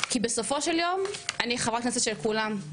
כי בסופו של יום אני חברת הכנסת של כולם,